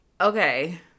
okay